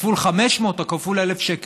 כפול 500 או כפול 1,000 שקל.